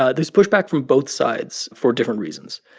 ah there's pushback from both sides for different reasons.